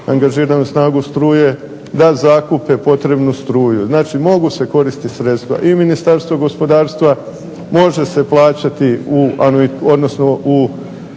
angažiranu snagu struje da zakupe potrebnu struju. Znači, mogu se koristiti sredstva i Ministarstva gospodarstva, može se plaćati u